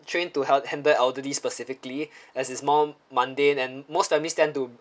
trained to help handle elderly specifically as it's mon~ mundane and most families tend to